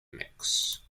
mix